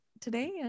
today